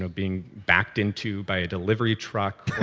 ah being backed into by a delivery truck